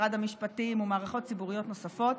משרד המשפטים או מערכות ציבוריות נוספות,